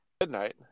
midnight